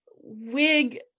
wig